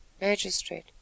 Magistrate